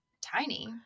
tiny